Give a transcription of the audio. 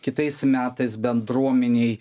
kitais metais bendruomenėj